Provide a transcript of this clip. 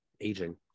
aging